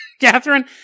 Catherine